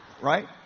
Right